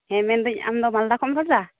ᱦᱮᱸ ᱢᱮᱱᱫᱟᱹᱧ ᱟᱢ ᱫᱚ ᱢᱟᱞᱫᱟ ᱠᱷᱚᱱᱮᱢ ᱨᱚᱲ ᱮᱫᱟ